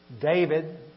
David